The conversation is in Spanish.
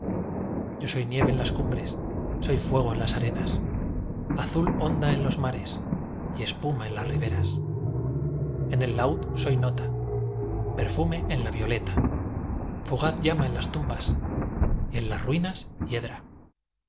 yo soy nieve en las cumbres soy fuego en las arenas azul onda en los mares y espuma en las riberas en el laúd soy nota perfume en la violeta fugaz llama en las tumbas y en las ruinas hiedra